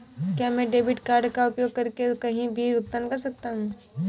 क्या मैं debit card का उपयोग करके कहीं भी भुगतान कर सकता हूं?